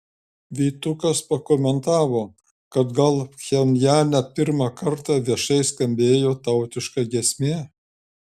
vytukas pakomentavo kad gal pchenjane pirmą kartą viešai skambėjo tautiška giesmė